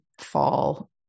fall